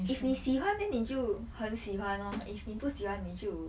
if 你喜欢 then 你就很喜欢 lor if 你不喜欢你就